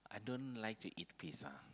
I don't like to eat pizza